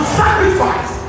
sacrifice